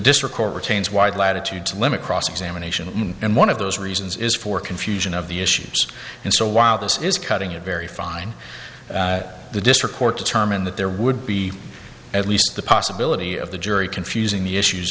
district court retains wide latitude to limit cross examination and one of those reasons is for confusion of the issues and so while this is cutting it very fine the district court determined that there would be at least the possibility of the jury confusing the issues